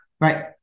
Right